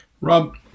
Rob